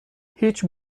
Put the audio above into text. هیچ